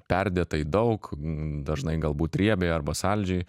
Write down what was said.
perdėtai daug dažnai galbūt riebiai arba saldžiai